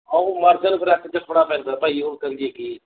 ਉਹ ਫੇਰ ਚੁੱਕਣਾ ਪੈਂਦਾ ਭਾਈ ਹੋਰ ਕਰੀਏ ਕੀ